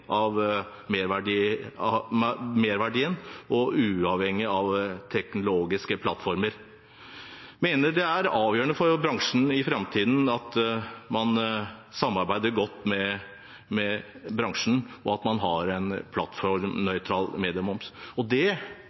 av merverdien uavhengig av teknologiske plattformer. Vi mener det er avgjørende for bransjen i framtiden at man samarbeider godt, og at man har en plattformnøytral mediemoms. Det har fungert. Det